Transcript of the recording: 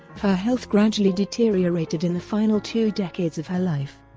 her health gradually deteriorated in the final two decades of her life.